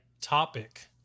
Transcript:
topic